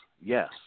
yes